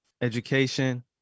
education